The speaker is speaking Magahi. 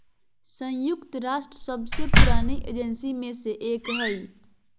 संयुक्त राष्ट्र सबसे पुरानी एजेंसी में से एक हइ